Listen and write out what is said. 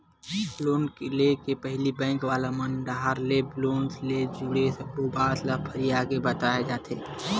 loan ले के पहिली बेंक वाले मन डाहर ले लोन ले जुड़े सब्बो बात ल फरियाके बताए जाथे